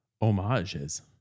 homages